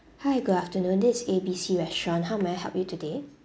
hi good afternoon this is A B C restaurant how may I help you today